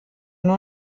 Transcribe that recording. nur